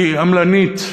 היא עמלנית,